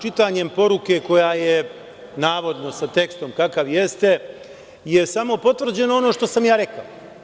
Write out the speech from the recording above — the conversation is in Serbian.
Čitanjem poruke koja je navodno sa tekstom kakav jeste samo je potvrđeno ono što sam rekao.